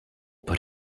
but